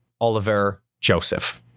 Oliver-Joseph